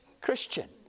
Christian